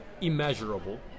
immeasurable